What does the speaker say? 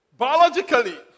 Biologically